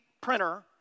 printer